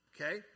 okay